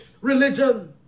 religion